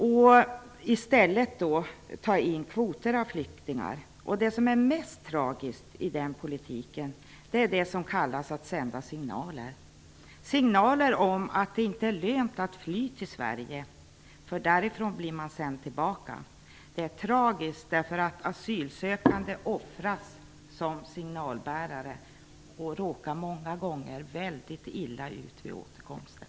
Man vill i stället ta in kvoter av flyktingar. Det kanske mest tragiska i den politiken är det som kallas att sända signaler, signaler om att det inte är lönt att fly till Sverige, för därifrån blir man sänd tillbaka. Det är tragiskt därför att asylsökande offras som signalbärare och råkar många gånger väldigt illa ut vid återkomsten.